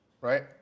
right